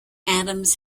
adams